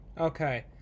Okay